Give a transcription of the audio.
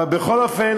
אבל בכל אופן,